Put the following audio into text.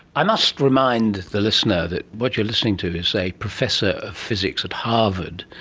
i must remind the listener that what you're listening to is a professor of physics at harvard.